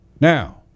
Now